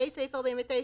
הווי אומר,